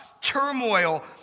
turmoil